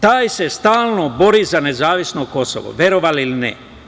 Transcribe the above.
Taj se stalno bori za nezavisno Kosovo, verovali ili ne.